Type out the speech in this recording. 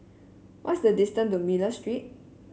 what is the distance to Miller Street